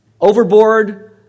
overboard